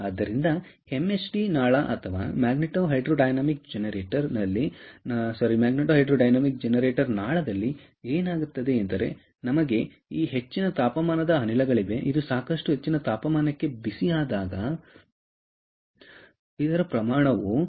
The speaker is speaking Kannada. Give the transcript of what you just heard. ಆದ್ದರಿಂದ ಎಮ್ಎಚ್ಟಿ ನಾಳ ಅಥವಾ ಮ್ಯಾಗ್ನೆಟೋ ಹೈಡ್ರೊಡೈನಾಮಿಕ್ ಜನರೇಟರ್ ನಾಳದಲ್ಲಿ ಏನಾಗುತ್ತದೆ ಎಂದರೆ ನಮಗೆ ಈ ಹೆಚ್ಚಿನ ತಾಪಮಾನದ ಅನಿಲಗಳಿವೆ ಇದು ಸಾಕಷ್ಟು ಹೆಚ್ಚಿನ ತಾಪಮಾನಕ್ಕೆ ಬಿಸಿಯಾದಾಗ ಎಲೆಕ್ಟ್ರಾನ್ ಗಳನ್ನು ಹೊರಸೂಸುತ್ತದೆ ಇವು ಎಲೆಕ್ಟ್ರಾನ್ಗಳನ್ನು ಹೊರಸೂಸುವ ಅನಿಲಗಳಾಗಿವೆ ಆದರೆ ನಿಮಗೆ ಅಗತ್ಯವಿರುವ ತಾಪಮಾನದ ಪ್ರಮಾಣವು ತುಂಬಾ ಹೆಚ್ಚಾಗಿದೆ